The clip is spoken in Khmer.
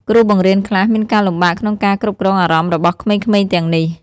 គ្រូបង្រៀនខ្លះមានការលំបាកក្នុងការគ្រប់គ្រងអារម្មណ៍របស់ក្មេងៗទាំងនេះ។